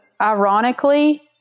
ironically